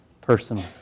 personal